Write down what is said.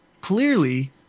Clearly